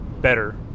better